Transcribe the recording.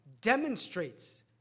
demonstrates